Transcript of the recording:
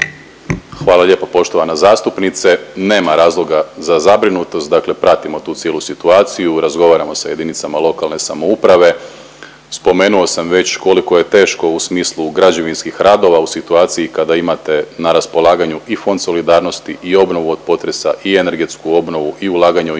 Hvala lijepo poštovana zastupnice. Nema razloga za zabrinutost. Dakle, pratimo tu cijelu situaciju, razgovaramo sa jedinicama lokalne samouprave. Spomenuo sam već koliko je teško u smislu građevinskih radova, u situaciji kada imate na raspolaganju i Fond solidarnosti i obnovu od potresa i energetsku obnovu i ulaganja